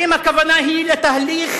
האם הכוונה היא לתהליך